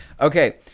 Okay